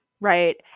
Right